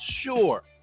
sure